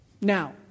Now